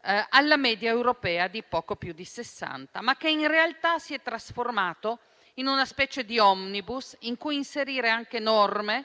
alla media europea di poco più di 60, ma che in realtà si è trasformato in una specie di *omnibus* in cui inserire anche norme